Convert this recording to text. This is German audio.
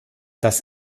dass